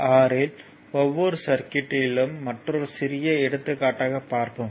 6 இல் ஒவ்வொரு சர்க்யூட்யிலும் மற்றொரு சிறிய எடுத்துக்காட்டாக பார்ப்போம்